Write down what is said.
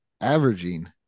averaging